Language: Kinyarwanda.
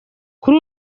kuri